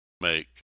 make